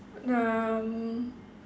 the